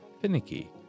finicky